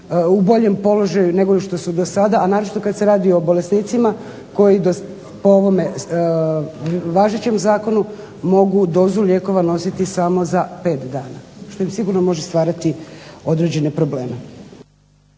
u boljem položaju nego što su do sada, a naročito kada se radi o bolesnicima koji po ovome važećem zakonu mogu dozu lijekova nositi samo za 5 dana, što im sigurno može stvarati određene probleme.